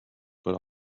but